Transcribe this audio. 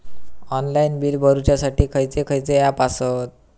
Online bill भरुच्यासाठी खयचे खयचे ऍप आसत?